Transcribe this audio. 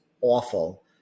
awful